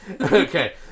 Okay